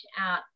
out